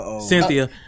Cynthia